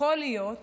יכול להיות